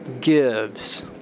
gives